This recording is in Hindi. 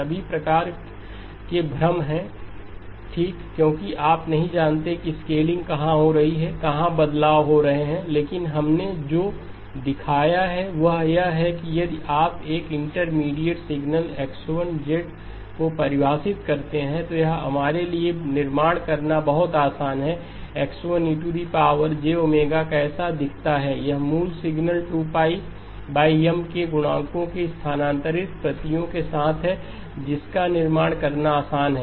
सभी प्रकार के भ्रम हैं ठीक क्योंकि आप नहीं जानते कि स्केलिंग कहां हो रही है कहां बदलाव हो रहे हैं लेकिन हमने जो दिखाया है वह यह है कि यदि आप एक इंटरमीडिएट सिग्नल X1 को परिभाषित करते हैं तो यह हमारे लिए निर्माण करना बहुत आसान है X1 कैसा दिखता है यह मूल सिग्नल 2π M के गुणकों पर स्थानांतरित प्रतियों के साथ है जिसका निर्माण करना आसान है